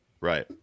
Right